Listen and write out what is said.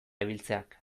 ibiltzeak